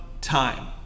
time